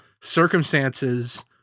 circumstances